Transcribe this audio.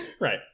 right